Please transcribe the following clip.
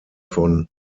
von